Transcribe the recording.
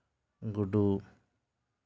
ᱜᱩᱰᱩ